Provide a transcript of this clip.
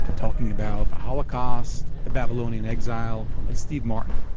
and talking about the holocaust, the babylonian exile and steve martin.